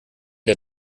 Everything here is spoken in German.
der